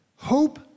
Hope